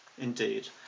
indeed